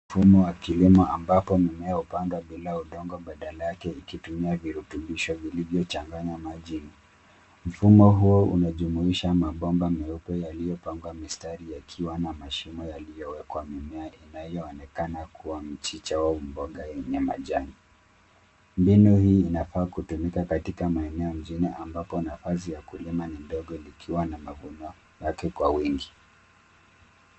Mfumo wa kilimo ambako mimea hupandwa bila udongo badala yake ikitumia virutubisho vilivyochanganywa majini. Mfumo huo unajumuisha mabomba meupe yaliyopangwa mistari yakiwa na mashimo yaliowekwa mimea inayoonekana kuwa mchicha na mboga yenye matawi. Mbinu hii inafaa kutumika katika maeneo mjini ambako nafasi ya kulima ni ndogo likiwa na mavuno yake kwa wingi.